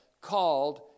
called